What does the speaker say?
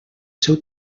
seu